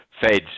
Fed's